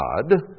God